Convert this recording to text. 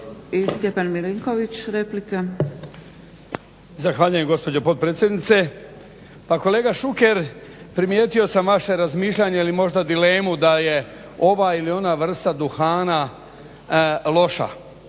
Stjepan (HDZ)** Zahvaljujem gospođo potpredsjednice. Pa kolega Šuker, primijetio sam vaše razmišljanje ili možda dilemu da je ova ili ona vrsta duhana loša.